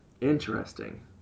Interesting